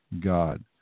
God